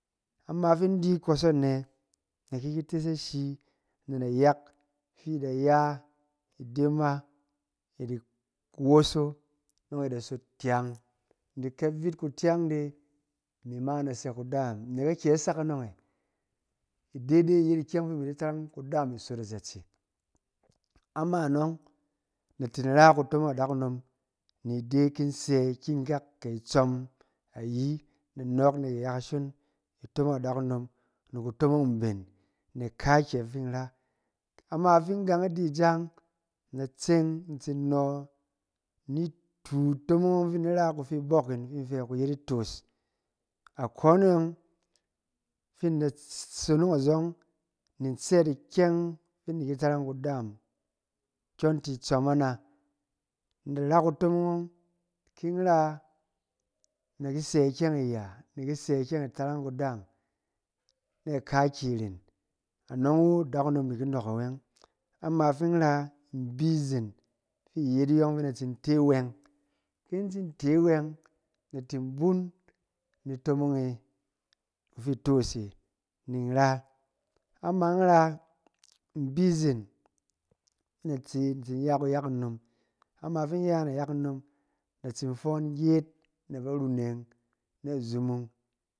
Ama fi in di ikɔsɔ anɛ? Na ki ki tes ashi, ne nayak fi i da ya, ide ma i di- woso nɔng i da sot kyang, nɛk ke vit ku kyang de, imi ma na sɛ kudaam, nɛk akyɛ sak anɔng e, ide de i yet ikyɛng fi imi di tarang kudaam kusot azatse. Ama nɔng, na tin ra kutomong adakunom ni de ki in sɛ ikikak, kɛ itsɔm ayi, na nɔɔk nɛk iya kashon kutomong adakunom, ni kutomong mben, na kaakyɛ fin in ra. Ama fin in gang a di ija yɔng, na tse in tsin nɔ nitu- itomong ɔng fi in di ra kufi kubɔk in, in fɛ i yet itos. Akone yɔng, fin in da sonong azɔng, ni in tsɛt ikyɛng fin in di ki tarang kudaam yɔng ti itsɔm ana. In da ra kutomong ɔng, ki in ra, na di sɛ ikyɛng iya, na di sɛ ikyɛng itarang kudaam na kaki izen. Anɔng wu, adakunom da ki nɔɔk awɛng. Ama fin in ra, in bi zen fi i yet iyɔng fi in da tsi te wɛng. Ki in tsi te wɛng, na tsi bun ni tomong e, ifi tos e, ni in ra. Ama in ra, in bi izen fɛ na tse in tsi ya kuyak inom. Ama fi ya nayak inom, na tsin foon gyet na baruneng na zumung.